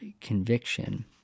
conviction